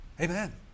Amen